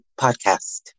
podcast